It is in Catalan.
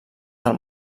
del